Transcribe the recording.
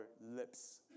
lips